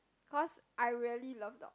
cause I really love dog